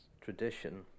tradition